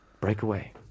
Breakaway